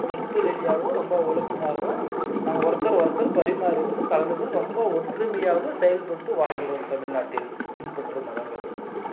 நட்பு ரீதியாகவும் ரொம்ப ஒழுக்கமாகவும் நாங்கள் ஒருத்தர் ஒருத்தர் பரிமாறிக்கின்னு கலந்துக்கின்னு ரொம்ப ஒற்றுமையாகவும் செயல்பட்டு வாழ்கிறோம் தமிழ்நாட்டில் பின்பற்றும் மதங்கள்